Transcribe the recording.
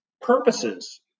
purposes